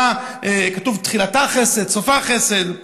כתוב: תחילתה חסד, סופה חסד.